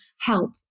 help